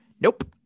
Nope